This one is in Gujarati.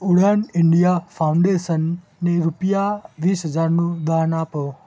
ઉડાન ઇન્ડિયા ફાઉન્ડેશનને રૂપિયા વીસ હજારનું દાન આપો